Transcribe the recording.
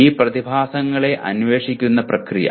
ഈ പ്രതിഭാസങ്ങളെ അന്വേഷിക്കുന്ന പ്രക്രിയ